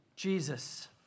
Jesus